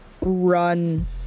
run